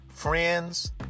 Friends